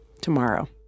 tomorrow